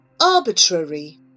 Arbitrary